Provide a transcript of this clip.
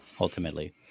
ultimately